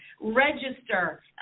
register